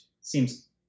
seems